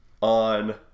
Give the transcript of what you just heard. on